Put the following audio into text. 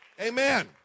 Amen